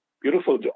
Beautiful